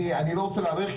אני לא רוצה להאריך,